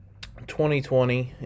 2020